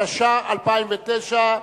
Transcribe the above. התש"ע 2009,